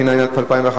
התשע"א 2011,